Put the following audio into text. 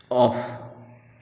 off